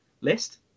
list